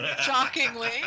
shockingly